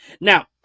now